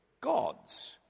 gods